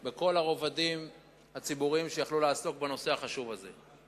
ובכל הרבדים הציבוריים שיכלו לעסוק בנושא החשוב הזה.